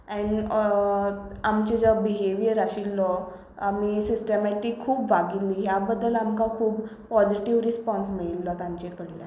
and आमचो जो behaviour आशिल्लो आमी सिस्टमेटिक खूब वागिल्ली ह्या बद्दल आमकां खूब पॉजिटिव रिस्पोन्स मेळिल्लो तांचे कडल्यान